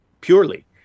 purely